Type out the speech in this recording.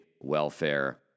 welfare